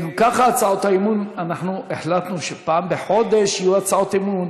גם ככה החלטנו שפעם בחודש יהיו הצעות אי-אמון,